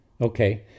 Okay